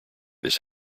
this